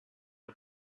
are